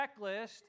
checklist